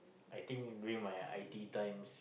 I think during my I_T times